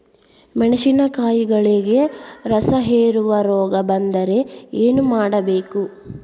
ಮೆಣಸಿನಕಾಯಿಗಳಿಗೆ ರಸಹೇರುವ ರೋಗ ಬಂದರೆ ಏನು ಮಾಡಬೇಕು?